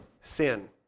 sin